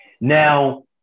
now